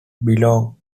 belong